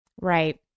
Right